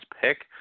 pick